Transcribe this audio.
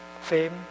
fame